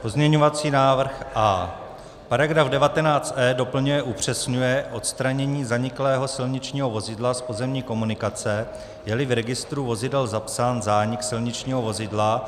Pozměňovací návrh A. Paragraf 19e doplňuje a upřesňuje odstranění zaniklého silničního vozidla z pozemní komunikace, jeli v registru vozidel zapsán zánik silničního vozidla.